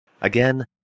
Again